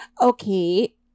okay